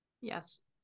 Yes